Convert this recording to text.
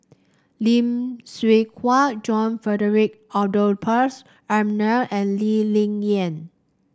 Lim Hwee Hua John Frederick Adolphus McNair and Lee Ling Yen